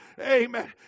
Amen